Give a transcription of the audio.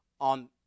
on